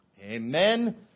Amen